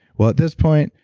well at this point,